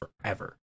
forever